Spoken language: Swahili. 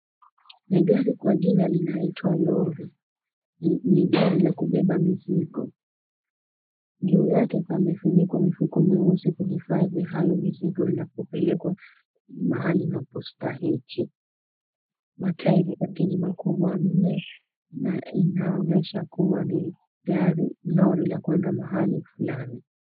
Ni gari kwa jina linaitwa lori. Ni gari la kubeba mizigo. Juu yake pamefunikwa mifuko mieusi kuhifadhi hayo mizigo inapopelekwa mahali inapostahiki. Matairi yake ni makubwa mno na inaonyesha kuwa ni lori la kwenda mahali fulani.